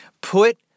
put